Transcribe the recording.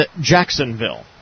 Jacksonville